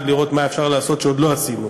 גם לראות מה אפשר לעשות ועוד לא עשינו,